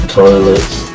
toilets